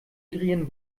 adrian